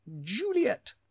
Juliet